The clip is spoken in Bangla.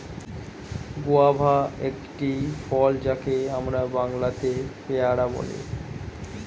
গুয়াভা একটি ফল যাকে আমরা বাংলাতে পেয়ারা বলি